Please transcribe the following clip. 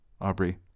Aubrey